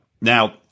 Now